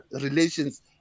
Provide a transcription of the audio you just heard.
relations